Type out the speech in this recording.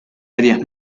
áreas